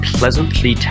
pleasantly